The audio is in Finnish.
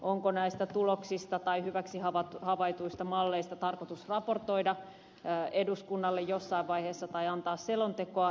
onko näistä tuloksista tai hyväksi havaituista malleista tarkoitus raportoida eduskunnalle jossain vaiheessa tai antaa selontekoa